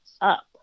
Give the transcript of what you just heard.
up